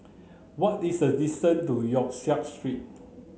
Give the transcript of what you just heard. what is the distance to Yong Siak Street